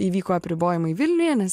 įvyko apribojimai vilniuje nes